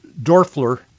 Dorfler